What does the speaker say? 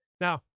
Now